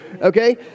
Okay